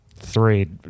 Three